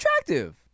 attractive